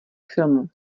filmu